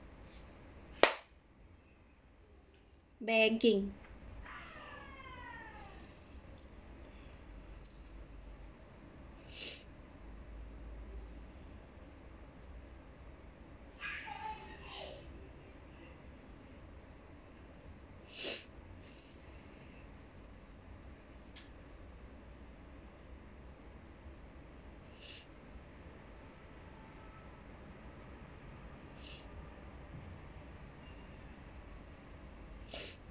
banking